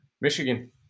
michigan